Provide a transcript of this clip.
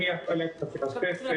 עם אי הפעלת בתי הספר,